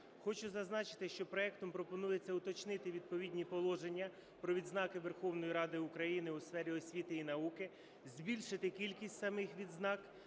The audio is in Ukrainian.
Хочу зазначити, що проектом пропонується уточнити відповідні положення про відзнаки Верховної Ради України у сфері освіти і науки, збільшити кількість самих відзнак,